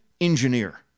engineer